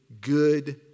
good